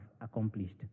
accomplished